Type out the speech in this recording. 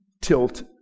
tilt